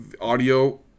audio